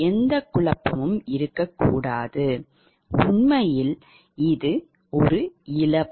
எந்த குழப்பமும் இருக்கக்கூடாது உண்மையில் இது இழப்பு